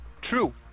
True